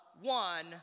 one